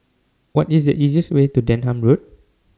What IS The easiest Way to Denham Road